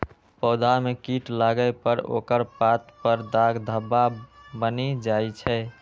पौधा मे कीट लागै पर ओकर पात पर दाग धब्बा बनि जाइ छै